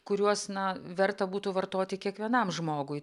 kuriuos na verta būtų vartoti kiekvienam žmogui